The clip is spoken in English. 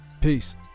Peace